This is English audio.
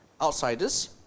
outsiders